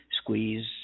squeeze